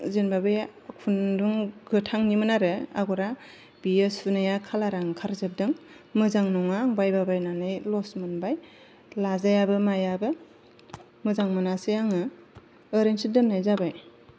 जेनबा बे खुन्दुं गोथांनिमोन आरो आगरा बियो सुनाया कालारा ओंखारजोबदों मोजां नङा बायबा बायनानै लस मोनबाय लाजायाबो मायाबो मोजां मोनासै आङो ओरैनोसो दोननाय जाबाय